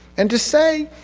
and to say